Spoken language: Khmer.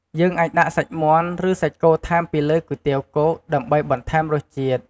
យើងអាចដាក់សាច់មាន់ ឬសាច់គោថែមពីលើគុយទាវគោកដើម្បីបន្ថែមរសជាតិ។